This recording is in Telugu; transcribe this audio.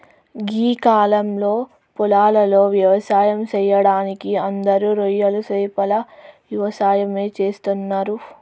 గీ కాలంలో పొలాలలో వ్యవసాయం సెయ్యడానికి అందరూ రొయ్యలు సేపల యవసాయమే చేస్తున్నరు